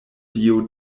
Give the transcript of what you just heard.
dio